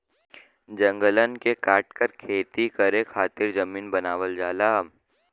जंगलन के काटकर खेती करे खातिर जमीन बनावल जाला